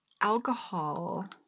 alcohol